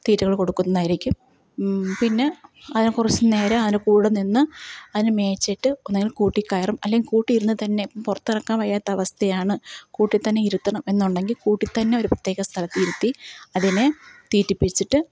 തീറ്റകൾ കൊടുക്കുന്നതായിരിക്കും പിന്നെ അതിനെ കുറച്ചുനേരം അതിൻ്റെ കൂടെ നിന്ന് അതിനെ മേച്ചിട്ട് ഒന്നുങ്കിൽ കൂട്ടില് കയറും അല്ലെങ്കില് കൂട്ടിലിരുന്ന് തന്നെ നടക്കാൻ വയ്യാത്ത അവസ്ഥയാണ് കൂട്ടില്ത്തന്നെ ഇരുത്തണം എന്നുണ്ടെങ്കില് കൂട്ടില്ത്തന്നെ ഒരു പ്രത്യേക സ്ഥലത്തിരുത്തി അതിനെ തീറ്റിപ്പിച്ചിട്ട്